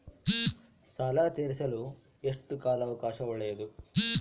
ಸಾಲ ತೇರಿಸಲು ಎಷ್ಟು ಕಾಲ ಅವಕಾಶ ಒಳ್ಳೆಯದು?